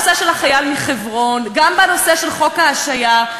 חברת הכנסת עליזה לביא,